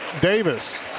Davis